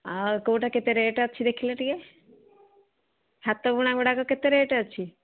ଆଉ କେଉଁଟା କେତେ ରେଟ୍ ଅଛି ଦେଖିଲେ ଟିକିଏ ହାତବୁଣାଗୁଡ଼ାକ କେତେ ରେଟ୍ ଅଛି